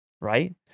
right